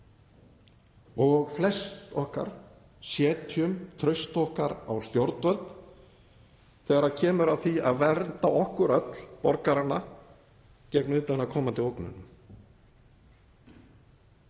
og flest okkar setjum traust okkar á stjórnvöld þegar kemur að því að vernda okkur öll, borgarana, gegn utanaðkomandi ógnum.